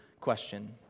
question